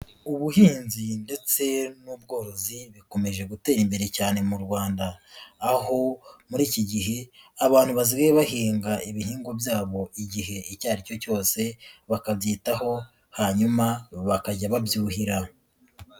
Ubuhinzi ndetse n'ubworozi bikomeje gutera imbere cyane mu Rwanda. Aho muri iki gihe abantu basigaye bahinga ibihingwa byabo igihe icya aricyo cyose, bakabyitaho hanyuma bakajya babyuhira.